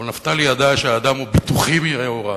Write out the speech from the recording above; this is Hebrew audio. אבל נפתלי ידע שהאדם הוא ביטוחי מנעוריו,